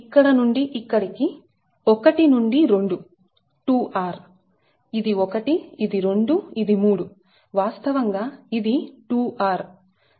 ఇక్కడ నుండి ఇక్కడికి 1 నుండి 2 2r ఇది 1ఇది 2 ఇది 3 వాస్తవంగా ఇది 2r